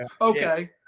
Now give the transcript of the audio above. okay